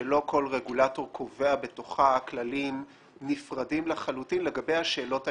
שלא כל רגולטור קובע בתוכה כללים נפרדים לחלוטין לגבי השאלות העקרוניות.